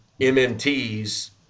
MNTs